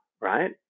right